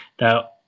Now